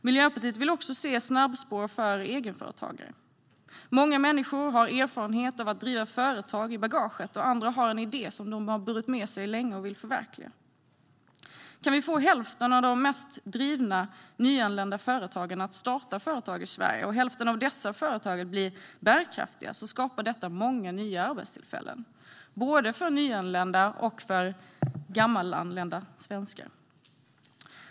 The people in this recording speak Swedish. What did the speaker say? Miljöpartiet vill se snabbspår också för egenföretagare. Många människor har i bagaget erfarenheter av att driva företag, och andra har en idé som de har burit med sig länge och vill förverkliga. Kan vi få hälften av de mest drivna nyanlända företagarna att starta företag i Sverige och hälften av dessa företag att bli bärkraftiga skapar detta många nya arbetstillfällen både för nyanlända och för "gammalanlända" svenskar.